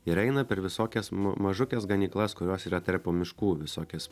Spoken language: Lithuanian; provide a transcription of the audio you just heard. ir eina per visokias ma mažukes ganyklas kurios yra tarpu miškų visokias